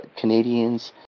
Canadians